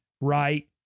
right